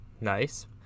nice